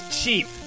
cheap